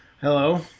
Hello